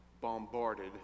bombarded